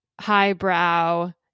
highbrow